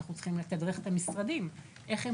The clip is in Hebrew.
אנחנו צריכים לתדרך את המשרדים איך הם